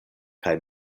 kaj